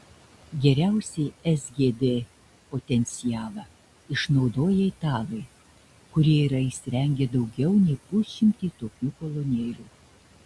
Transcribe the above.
geriausiai sgd potencialą išnaudoja italai kurie yra įsirengę daugiau nei pusšimtį tokių kolonėlių